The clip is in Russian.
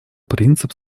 принцип